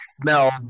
smell